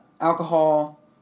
alcohol